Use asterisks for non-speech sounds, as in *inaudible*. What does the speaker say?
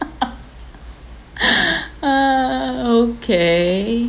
*laughs* *breath* ah okay